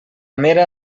mera